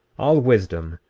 all wisdom,